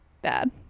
bad